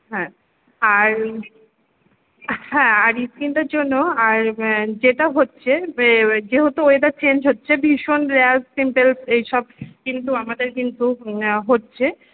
হ্যাঁ আর হ্যাঁ আর স্কিনটার জন্য আর যেটা হচ্ছে যেহেতু ওয়েদার চেঞ্জ হচ্ছে ভীষণ র্যাশ পিম্পলস এই সব কিন্তু আমাদের কিন্তু হচ্ছে